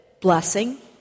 blessing